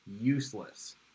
Useless